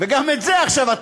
וגם בזה עכשיו,